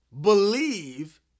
believe